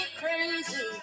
crazy